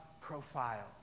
profile